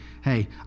hey